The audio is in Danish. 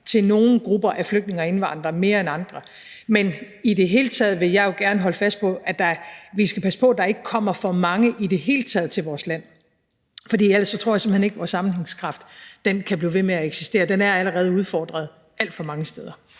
til nogle grupper af flygtninge og indvandrere mere end andre? Men jeg vil jo gerne holde fast i, at vi skal passe på, at der ikke kommer for mange til vores land i det hele taget. For ellers tror jeg simpelt hen ikke, at vores sammenhængskraft kan blive ved med at eksistere. Den er allerede udfordret alt for mange steder.